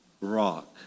Rock